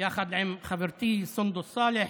עם חברתי סונדוס סאלח,